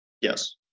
Yes